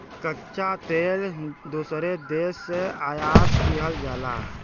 कच्चा तेल दूसरे देश से आयात किहल जाला